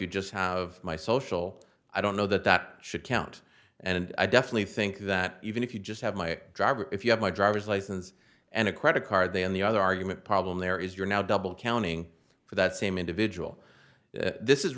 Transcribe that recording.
you just have my social i don't know that that should count and i definitely think that even if you just have my driver if you have my driver's license and a credit card then the other argument problem there is you're now double counting for that same individual this is